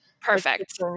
Perfect